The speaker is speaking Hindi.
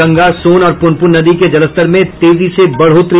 गंगा सोन और पुनपुन नदी के जलस्तर में तेजी से बढ़ोतरी